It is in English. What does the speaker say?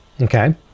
Okay